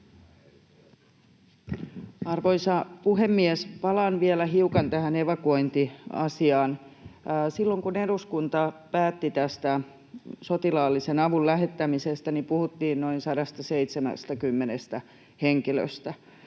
Arvoisa puhemies! Palaan vielä hiukan tähän evakuointiasiaan. Silloin kun eduskunta päätti tästä sotilaallisen avun lähettämisestä, puhuttiin noin 170 henkilöstä,